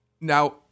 Now